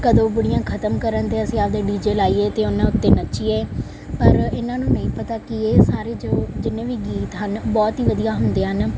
ਕਦੋਂ ਬੁੱਢੀਆਂ ਖਤਮ ਕਰਨ ਅਤੇ ਅਸੀਂ ਆਪਦੇ ਡੀ ਜੇ ਲਾਈਏ ਅਤੇ ਉਹਨਾਂ ਉੱਤੇ ਨੱਚੀਏ ਪਰ ਇਹਨਾਂ ਨੂੰ ਨਹੀ ਪਤਾ ਕਿ ਇਹ ਸਾਰੇ ਜੋ ਜਿੰਨੇ ਵੀ ਗੀਤ ਹਨ ਬਹੁਤ ਹੀ ਵਧੀਆ ਹੁੰਦੇ ਹਨ